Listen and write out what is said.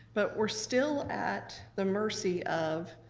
but we're still at the mercy of,